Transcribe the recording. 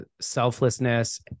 selflessness